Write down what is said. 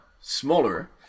smaller